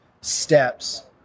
steps